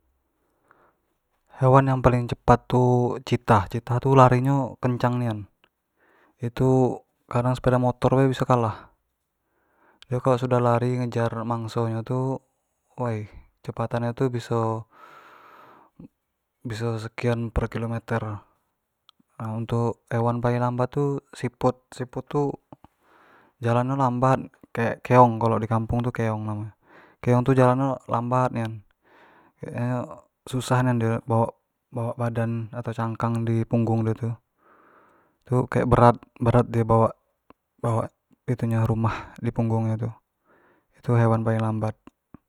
hewan yang paling cepat tu citah, citah tu lari nyo tu kencang nian, itu kadang sepeda motor be biso kalah, dio kalua sudah lari ngejar mangso nyo tu, woi, kecepatannyo tu biso biso sekian per kilometer untuk hewan yang paling lambat tu siput, siput tu jalan nyo lambat, kayak keong kalo dikampung tu keong namonyo, keong tu, jalannyo lambat nian, kek nyo susah nian dio bawak-bawak badannyo tau cangkang di punggung dio tu kayak berat-berat dio bawak itu nyo kayak rumah di punggung nyo tu, itu hewan paling lambat.